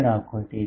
5 રાખો